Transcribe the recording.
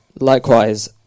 likewise